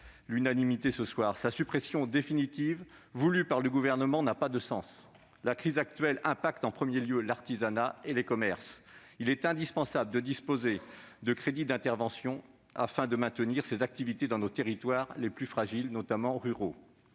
l'unanimité ce soir -, voulue par le Gouvernement, n'a pas de sens. La crise actuelle affecte en premier lieu l'artisanat et le commerce. Il est indispensable de disposer de crédits d'intervention, afin de maintenir ces activités dans nos territoires les plus fragiles, notamment ruraux.